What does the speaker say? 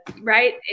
right